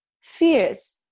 fears